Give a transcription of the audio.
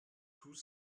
tout